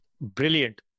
Brilliant